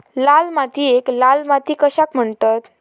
लाल मातीयेक लाल माती कशाक म्हणतत?